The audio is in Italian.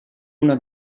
una